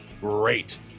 great